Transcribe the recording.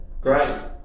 Great